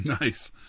nice